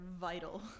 vital